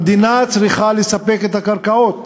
המדינה צריכה לספק את הקרקעות,